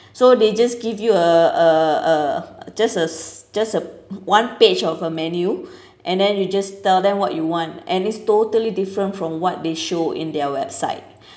so they just give you a a a just a s~ just a one page of a menu and then you just tell them what you want and it's totally different from what they show in their website